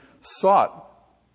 sought